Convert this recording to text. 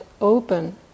open